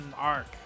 arc